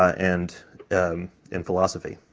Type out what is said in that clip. and in philosophy.